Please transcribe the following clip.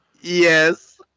yes